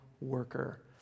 worker